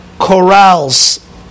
corrals